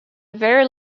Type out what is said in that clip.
very